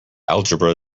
algebra